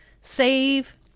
save